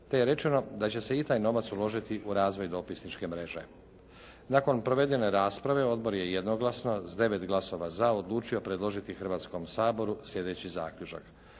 te je rečeno da će se i taj novac uložiti u razvoj dopisničke mreže. Nakon provedene rasprave odbor je jednoglasno s 9 glasova za odlučio predložiti Hrvatskom saboru slijedeći zaključak: